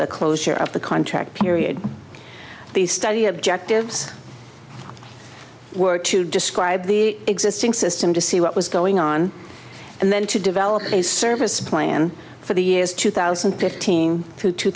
the closure of the contract period these study objectives were to describe the existing system to see what was going on and then to develop a service plan for the years two thousand and fifteen to two